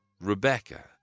Rebecca